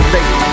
Late